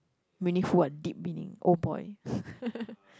meaningful what deep meaning Old Boy